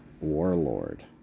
warlord